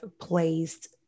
placed